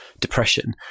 depression